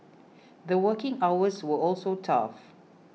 the working hours were also tough